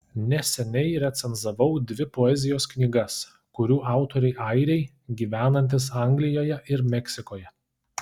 neseniai recenzavau dvi poezijos knygas kurių autoriai airiai gyvenantys anglijoje ir meksikoje